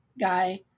guy